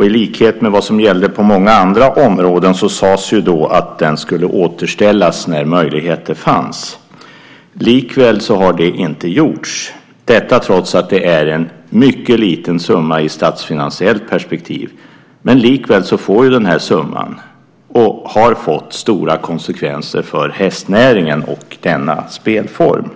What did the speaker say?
I likhet med vad som gällde på många andra områden sades då att den skulle återställas när möjlighet fanns. Likväl har det inte gjorts, detta trots att det är en mycket liten summa i ett statsfinansiellt perspektiv. Dock får denna summa, och har fått, stora konsekvenser för hästnäringen och denna spelform.